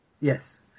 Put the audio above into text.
yes